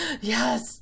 Yes